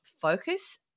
focus